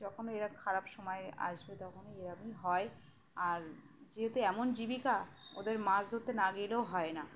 যখন এরা খারাপ সময় আসবে তখনই এরাবেই হয় আর যেহেতু এমন জীবিকা ওদের মাছ ধরতে না গেলেও হয় না